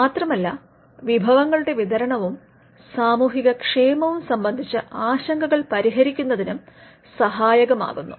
മാത്രമല്ല വിഭവങ്ങളുടെ വിതരണവും സാമൂഹിക ക്ഷേമവും സംബന്ധിച്ച ആശങ്കകൾ പരിഹരിക്കുന്നതിനും സഹായകമാകുന്നു